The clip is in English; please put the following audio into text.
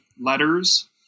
letters